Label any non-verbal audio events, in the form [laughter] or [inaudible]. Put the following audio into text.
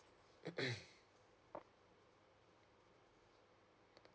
[coughs]